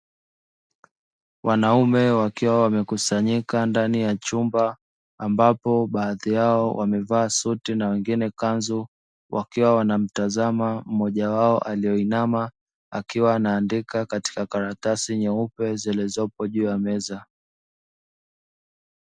Wanaume wakiwa wamekusanyika ndani ya chumba ambapo baadhi yao wamevaa suti na wengine kanzu, wakiwa wanamtazama mmoja wao aliyeinama akiwa anaandika katika karatasi nyeupe zilizopo juu ya meza.